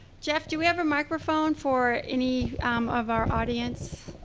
jeff, do we have a microphone for any of our audience?